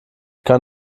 kann